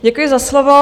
Děkuji za slovo.